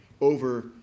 over